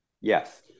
Yes